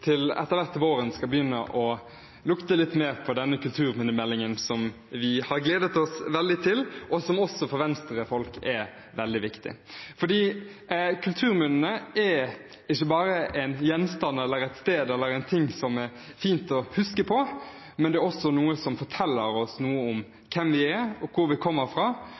vi etter hvert til våren skal begynne å lukte litt mer på denne kulturminnemeldingen, som vi har gledet oss veldig til, og som også for Venstre-folk er veldig viktig. For kulturminnene er ikke bare en gjenstand eller et sted eller en ting som er fint å huske på, men også noe som forteller oss noe om hvem vi er, og hvor vi kommer fra,